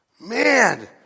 Man